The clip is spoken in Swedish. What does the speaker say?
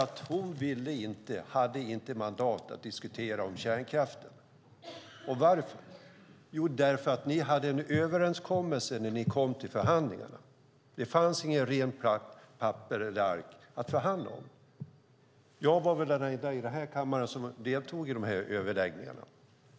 Jo, hon hade inte mandat att diskutera kärnkraften eftersom ni hade en överenskommelse när ni kom till förhandlingarna. Det fanns inget rent papper att förhandla om. Jag är den enda här som deltog i dessa förhandlingar,